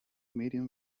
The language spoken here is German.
medien